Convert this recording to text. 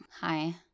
Hi